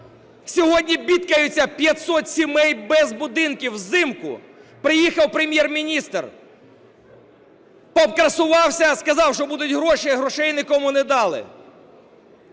Сьогодні бідкаються 500 сімей без будинків взимку. Приїхав Прем'єр-міністр, покрасувався, сказав, що будуть гроші, а грошей нікому не дали.